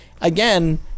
again